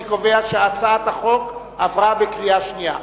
אני קובע שהצעת החוק עברה בקריאה שנייה.